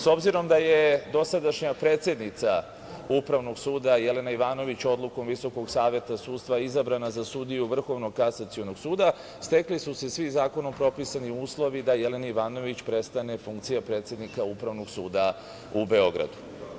S obzirom da je dosadašnja predsednica Upravnog suda, Jelena Ivanović odlukom VSS izabrana za sudiju Vrhovnog kasacionog suda, stekli su se svi zakonom propisani uslovi da Jeleni Ivanović prestane funkcija predsednika Upravnog suda u Beogradu.